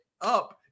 up